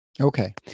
okay